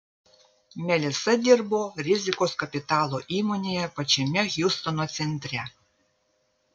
melisa dirbo rizikos kapitalo įmonėje pačiame hjustono centre